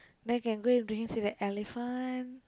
then can go bring him see the elephant